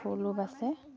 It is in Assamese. ফুলো বাচে